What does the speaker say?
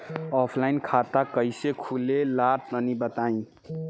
Offline खाता कइसे खुले ला तनि बताई?